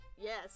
Yes